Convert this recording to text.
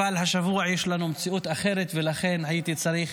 אבל השבוע יש לנו מציאות אחרת ולכן הייתי צריך